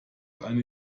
eine